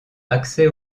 accès